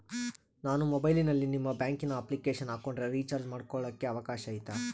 ನಾನು ಮೊಬೈಲಿನಲ್ಲಿ ನಿಮ್ಮ ಬ್ಯಾಂಕಿನ ಅಪ್ಲಿಕೇಶನ್ ಹಾಕೊಂಡ್ರೆ ರೇಚಾರ್ಜ್ ಮಾಡ್ಕೊಳಿಕ್ಕೇ ಅವಕಾಶ ಐತಾ?